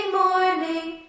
morning